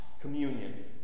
Communion